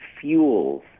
fuels